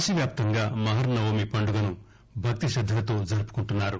దేశ వ్యాప్తంగా మహర్నవమి పండుగను భక్తిశద్దలతో జరుపుకుంటున్నారు